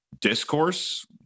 Discourse